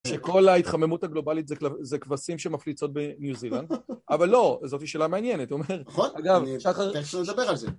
שכל ההתחממות הגלובלית זה כבשים שמפליצות בניו זילנד, אבל לא, זאתי שאלה מעניינת, הוא אומר. נכון, אגב, שחר ידבר על זה